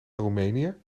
roemenië